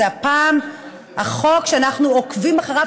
זה הפעם החוק שאנחנו עוקבים אחריו,